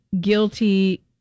guilty